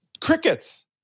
crickets